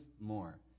more